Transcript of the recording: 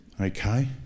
okay